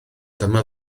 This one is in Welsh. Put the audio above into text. dyma